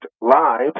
live